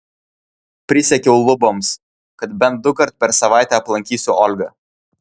prisiekiau luboms kad bent dukart per savaitę aplankysiu olgą